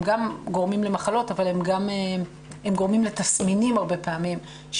הם גם גורמים למחלות אבל הם גורמים לתסמינים הרבה פעמים,